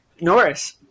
Norris